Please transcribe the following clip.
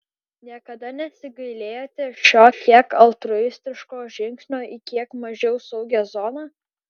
niekada nesigailėjote šio kiek altruistiško žingsnio į kiek mažiau saugią zoną